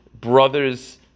brother's